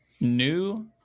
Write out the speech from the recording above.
new